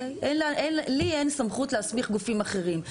לי אין סמכות להסמיך גופים אחרים.